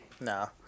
no